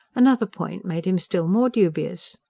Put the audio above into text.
another point made him still more dubious.